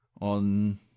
on